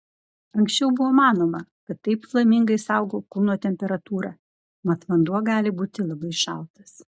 anksčiau buvo manoma kad taip flamingai saugo kūno temperatūrą mat vanduo gali būti labai šaltas